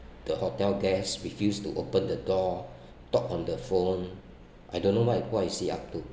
the hotel guest refused to open the door talk on the phone I don't know what what's he up to